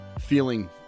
feeling